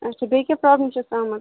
اچھا بیٚیہِ کیاہ پرٛابلِم چھَس آمٕژ